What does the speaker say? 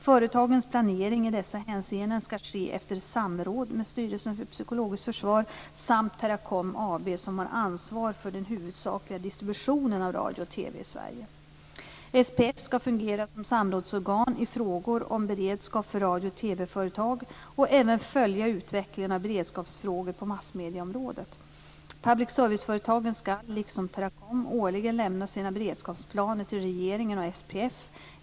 Företagens planering i dessa hänseenden skall ske efter samråd med Styrelsen för psykologiskt försvar samt Teracom AB, som har ansvar för den huvudsakliga distributionen av radio och TV i Sverige. SPF skall fungera som samrådsorgan i frågor om beredskap för radiooch TV-företag och även följa utvecklingen av beredskapsfrågor på massmedieområdet. Public serviceföretagen skall, liksom Teracom, årligen lämna sina beredskapsplaner till regeringen och SPF.